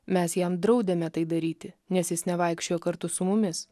mes jam draudėme tai daryti nes jis nevaikščiojo kartu su mumis